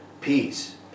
peace